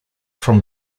from